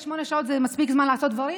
48 שעות זה מספיק זמן לעשות דברים.